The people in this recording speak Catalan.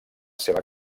seva